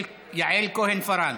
10496, 10497 ו-10565.